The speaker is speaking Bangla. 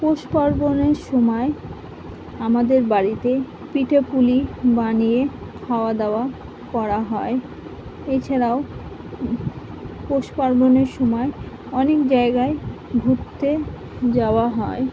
পৌষ পার্বণের সময় আমাদের বাড়িতে পিঠে পুলি বানিয়ে খাওয়া দাওয়া করা হয় এছাড়াও পৌষ পার্বণের সময় অনেক জায়গায় ঘুরতে যাওয়া হয়